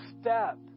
step